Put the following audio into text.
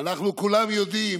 אנחנו כולנו יודעים,